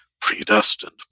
predestined